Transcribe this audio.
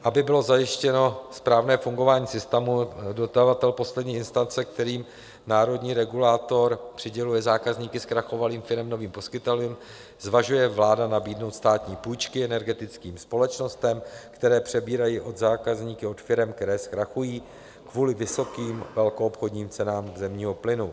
Aby bylo zajištěno správné fungování systému, dodavatel poslední instance, kterým národní regulátor přiděluje zákazníky zkrachovalých firem novým poskytovatelům, zvažuje vláda nabídnout státní půjčky energetickým společnostem, které přebírají zákazníky od firem, které zkrachují kvůli vysokým velkoobchodním cenám zemního plynu.